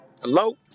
Hello